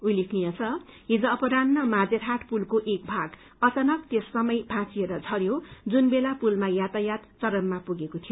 उल्लेखनीय द हिज अपरान्ड मामेरराट पूलको एक भाग अचानक त्यस समय भौषिएर मरयो जुन बेला पुलमा यातायात चरममा पुगेको थियो